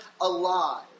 alive